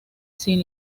sin